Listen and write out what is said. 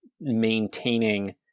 maintaining